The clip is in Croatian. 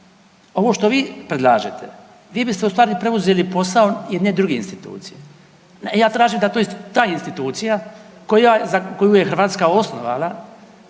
Ovo što vi predlažete vi biste u stvari preuzeli posao jedne druge institucije. Ja tražim da ta institucija koju je Hrvatska osnovala,